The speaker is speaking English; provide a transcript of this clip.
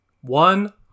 One